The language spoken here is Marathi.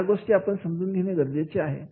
या गोष्टी आपण समजून घेणे गरजेचे आहे